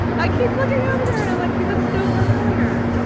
i keep looking over there and i'm like, he looks so familiar.